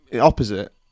opposite